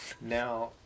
Now